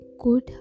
good